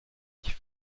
ich